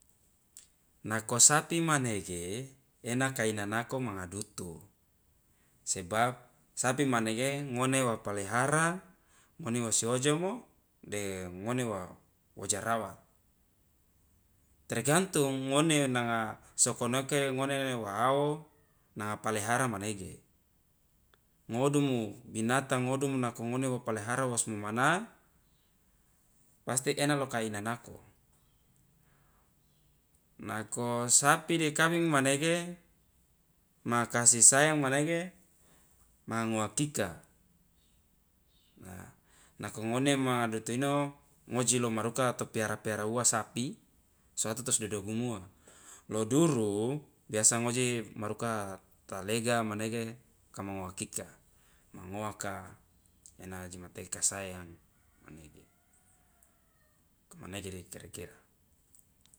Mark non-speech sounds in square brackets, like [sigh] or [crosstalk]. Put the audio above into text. nako sapi manege ena kai nanako manga dutu sebab sapi manege ngone wa palihara ngone wosi ojomo de ngone wo wo jarawat tergantung ngone nanga sokonoke ngone wa ao nanga palihara manege ngodumu binatang ngodumu nako ngone wo palihara wos momana pasti ena lo kai nanako nako sapi de kabingi manege ma kasi sayang manege manga ngoakika [hesitation] nako ngone ma dutu ino ngoji lo maruka to piara piara uwa sapi so ato tosdodogumuwa lo duru biasa ngoji maruka ta lega manege kama ngoakika ma ngoaka ena jemateke ka sayang manege komanege dika kira kira.